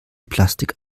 plastik